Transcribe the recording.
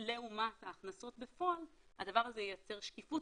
לעומת ההכנסות בפועל הדבר הזה ייצר שקיפות